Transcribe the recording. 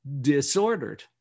disordered